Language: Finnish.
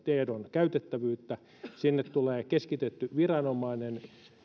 käytettävyyttä sinne tulee keskitetty viranomainen